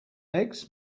eggs